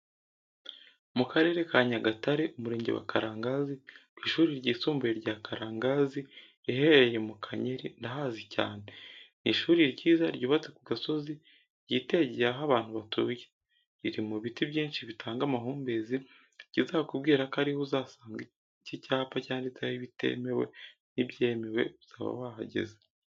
Mu Karere Kanyagatare, Umurenge wa Karangazi ku ishuri ryisumbuye rya Karangazi riherereye mu Kanyeri ndahazi cyane. Ni ishuri ryiza ryubatse ku gasozi ryitegeye aho abantu batuye. Riri mu biti byinshi bitanga amahumbezi. Ikizakubwira ko ariho uzahasanga iki cyapa cyanditseho ibitemewe n'ibyemewe uzaba wahageze.